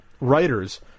writers